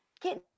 get